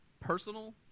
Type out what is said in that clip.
personal